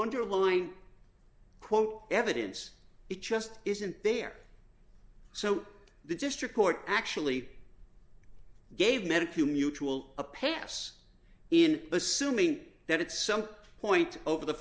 underlying quote evidence it just isn't there so the district court actually gave medic you mutual a pass in assuming that it's some point over the